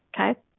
Okay